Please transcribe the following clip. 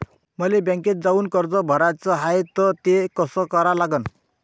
मले बँकेत जाऊन कर्ज भराच हाय त ते कस करा लागन?